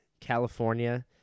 California